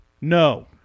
No